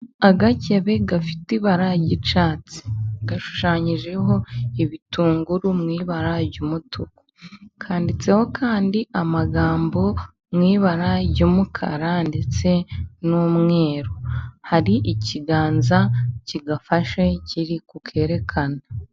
Agakebe gafite ibara ry'icyatsi gashushanyijeho ibitunguru mu ibara ry'umutuku. Kanditseho kandi amagambo mu ibara ry'umukara ndetse n'umweru. Hari ikiganza kigafashe kiri kukerekana